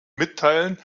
mitteilen